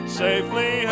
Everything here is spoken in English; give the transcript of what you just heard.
safely